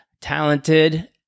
talented